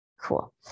Cool